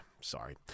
sorry